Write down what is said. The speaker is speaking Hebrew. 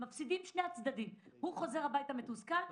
מפסידים שני הצדדים: הוא חוזר הביתה מתוסכל,